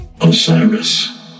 Osiris